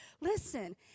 listen